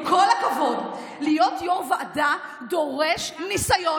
עם כל הכבוד, להיות יו"ר ועדה דורש ניסיון.